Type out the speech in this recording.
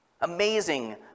amazing